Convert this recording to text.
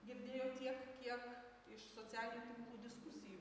girdėjo tiek kiek iš socialinių tinklų diskusijų